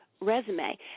resume